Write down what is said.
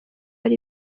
hari